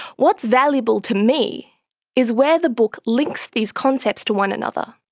what's valuable to me is where the book links these concepts to one another,